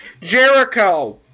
Jericho